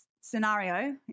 scenario